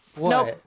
Nope